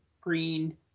green